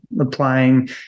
applying